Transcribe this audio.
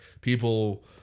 people